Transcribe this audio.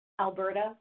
Alberta